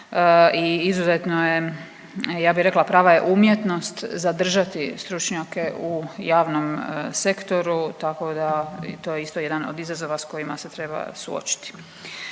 i izuzetno je, ja bih rekla, prava je umjetnost zadržati stručnjake u javnom sektoru, tako da, to je isto jedan od izazova s kojima se treba suočiti.